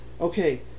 okay